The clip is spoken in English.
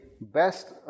best